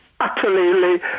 Utterly